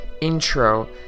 intro